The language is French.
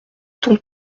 ton